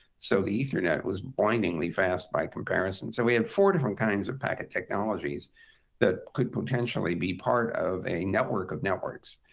so the ethernet was blindingly fast by comparison. so we had four different kinds of packet technologies that could potentially be part of a network of networks.